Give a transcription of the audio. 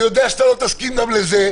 אני יודע שאתה לא תסכים גם לזה,